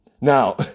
Now